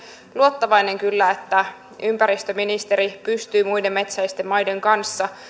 luottavainen että ympäristöministeri pystyy muiden metsäisten maiden kanssa